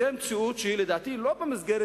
זאת מציאות שלדעתי היא לא במסגרת